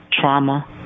trauma